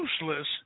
useless